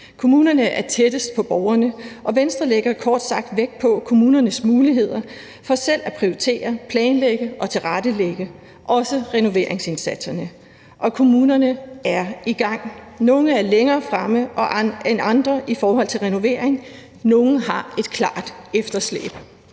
Kommunerne er tættest på borgerne, og Venstre lægger kort sagt vægt på kommunernes muligheder for selv at prioritere, planlægge og tilrettelægge, også hvad angår renoveringsindsatserne, og kommunerne er i gang. Nogle er længere fremme end andre i forhold til renovering, nogle har et klart efterslæb.